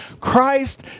Christ